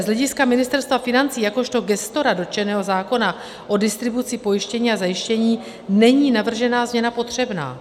Z hlediska Ministerstva financí jakožto gestora dotčeného zákona o distribuci pojištění a zajištění není navržená změna potřebná.